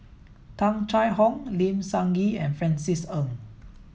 Tung Chye Hong Lim Sun Gee and Francis Ng